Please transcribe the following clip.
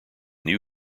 new